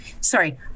sorry